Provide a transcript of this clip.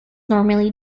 normally